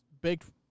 baked